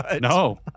No